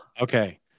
Okay